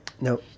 No